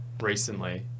recently